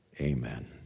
Amen